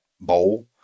bowl